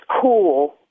cool